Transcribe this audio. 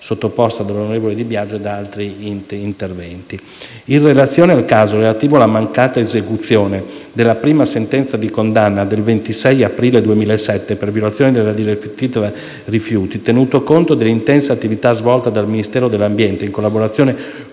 sottoposta dal senatore Di Biagio e da altri interventi. In relazione al caso relativo alla mancata esecuzione della prima sentenza di condanna del 26 aprile 2007 per violazione della direttiva rifiuti, tenuto conto dell'intensa attività svolta dal Ministero dell'ambiente, in collaborazione con